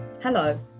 Hello